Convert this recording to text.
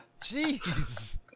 Jeez